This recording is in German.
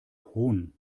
hohn